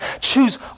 Choose